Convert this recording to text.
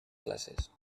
classes